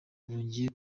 bongeye